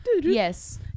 Yes